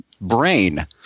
brain